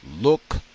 look